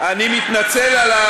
אני מתנצל על,